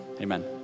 amen